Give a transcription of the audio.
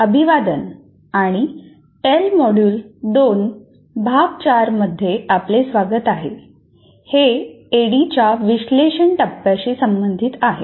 अभिवादन आणि टेल मॉड्यूल 2 भाग 4 मध्ये आपले स्वागत आहे हे ऍडीच्या विश्लेषण टप्प्याशी संबंधित आहे